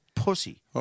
Pussy